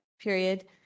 period